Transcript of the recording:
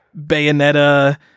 Bayonetta